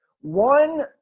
One